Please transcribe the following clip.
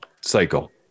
cycle